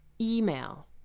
Email